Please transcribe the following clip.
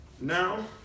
Now